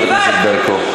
חברת הכנסת ברקו.